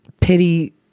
pity